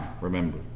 remember